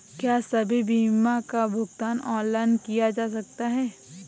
क्या सभी बीमा का भुगतान ऑनलाइन किया जा सकता है?